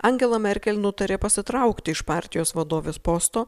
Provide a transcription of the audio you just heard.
angela merkel nutarė pasitraukti iš partijos vadovės posto